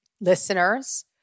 listeners